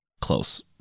close